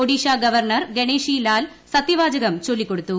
Odisha governor Ganeshi Lal സത്യവാചകം ചൊല്ലിക്കൊടുത്തു